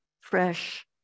fresh